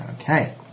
okay